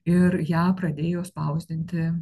ir ją pradėjo spausdinti